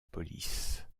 police